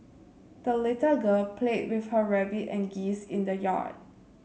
the little girl played with her rabbit and geese in the yard